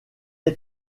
est